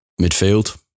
Midfield